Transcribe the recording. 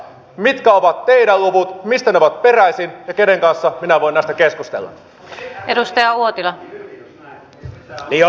mitkä ovat teidän lukunne mistä ne ovat peräisin ja kenen kanssa minä voin näistä keskustella